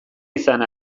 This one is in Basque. izan